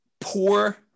Poor